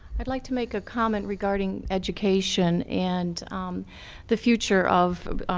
i'd like to make a comment regarding education and the future of